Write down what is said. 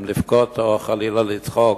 אם לבכות או חלילה לצחוק,